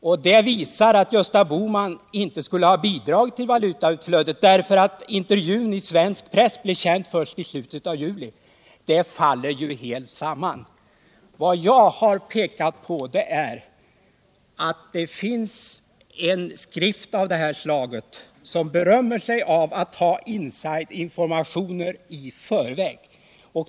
Detta visar, menar man, att Gösta Bohman inte kan ha bidragit till valutautflödet, därför att intervjun blev känd i svensk press först i slutet av juli. Det argumentet faller ju helt samman. Vad jag har velat peka på är att det finns en skrift av det här slaget som berömmer sig av att i förväg ha insidesinformationer.